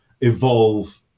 evolve